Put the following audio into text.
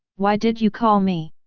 why did you call me?